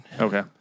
Okay